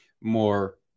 more